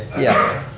yeah.